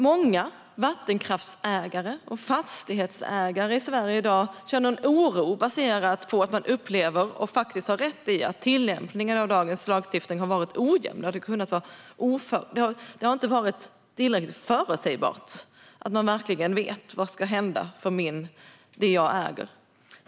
Många vattenkraftsägare och fastighetsägare i Sverige känner i dag en oro baserad på att de upplever, och faktiskt har rätt i, att tillämpningarna av dagens lagstiftning har varit ojämna. Det har inte varit tillräckligt förutsägbart vad som ska hända med det som de äger.